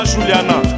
Juliana